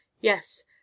yes